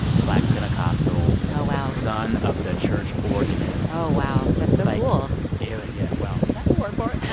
black pentecostal. oh, wow son of the church organist oh, wow. that's so cool like, it was yeah, well. that's a word for it yeah